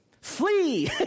flee